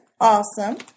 Awesome